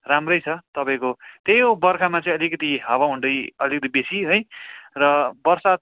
राम्रै छ तपाईँको त्यही हो बर्खामा चाहिँ अलिकति हावाहुन्डरी अलिकति बेसी है र बर्सात